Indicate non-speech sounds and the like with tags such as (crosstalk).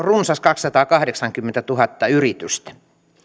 (unintelligible) runsas kaksisataakahdeksankymmentätuhatta yritystä